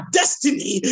destiny